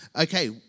okay